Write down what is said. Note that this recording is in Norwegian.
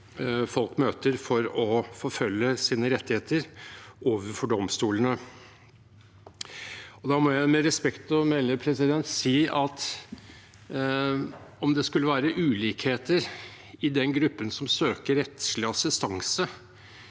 folk møter for å forfølge sine rettigheter overfor domstolene. Da må jeg med respekt å melde si at om det skulle være ulikheter i den gruppen som søker rettslig assistanse,